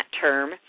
term